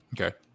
Okay